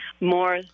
more